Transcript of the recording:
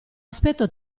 aspetto